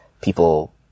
people